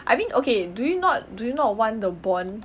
I mean okay do you not do you not want the bond